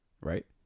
right